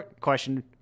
question